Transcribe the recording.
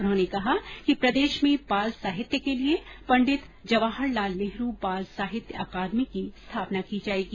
उन्होंने कहा कि प्रदेश में बाल साहित्य के लिए पंडित जवाहर लाल नेहरू बाल साहित्य अकादमी की स्थापना की जाएगी